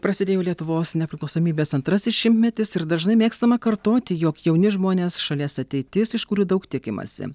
prasidėjo lietuvos nepriklausomybės antrasis šimtmetis ir dažnai mėgstama kartoti jog jauni žmonės šalies ateitis iš kurių daug tikimasi